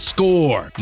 Score